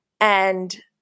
And-